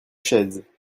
chaises